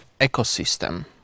ecosystem